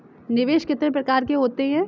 निवेश कितने प्रकार के होते हैं?